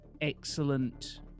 excellent